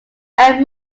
add